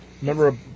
Remember